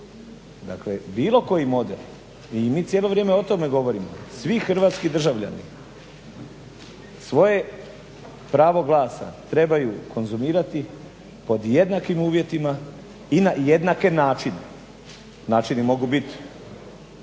Dakle, bilo koji model, i mi cijelo vrijeme o tome govorimo, svi hrvatski državljani svoje pravo glasa trebaju konzumirati pod jednakim uvjetima i na jednake načine. Načini mogu biti